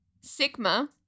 Sigma